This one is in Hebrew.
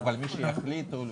אנחנו רואים סטגנציה בקרקע הפרטית.